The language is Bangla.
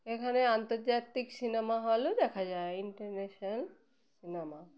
এখানে আন্তর্জাতিক সিনেমা হলও দেখা যায় ইন্টারন্যাশনাল সিনেমা